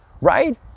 right